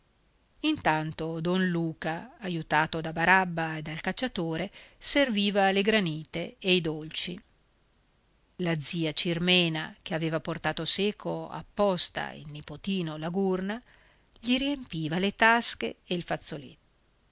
intanto don luca aiutato da barabba e dal cacciatore serviva le granite e i dolci la zia cirmena che aveva portato seco apposta il nipotino la gurna gli riempiva le tasche e il fazzoletto